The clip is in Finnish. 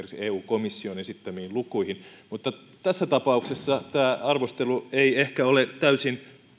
eu komission esittämiin lukuihin mutta tässä tapauksessa tämä arvostelu ei ehkä ole täysin